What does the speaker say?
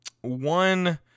one